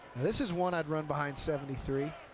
this is one i'd run behind seventy three.